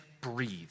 breathe